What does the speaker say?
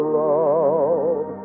love